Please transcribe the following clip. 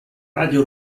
radio